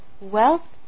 Wealth